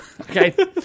Okay